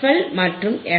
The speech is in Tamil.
எல் மற்றும் எஃப்